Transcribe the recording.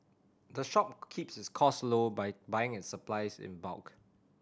the shop keeps its costs low by buying its supplies in bulk